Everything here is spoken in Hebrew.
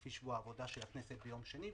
לפי שבוע העבודה של הכנסת ביום שני,